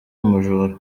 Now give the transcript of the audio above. umujura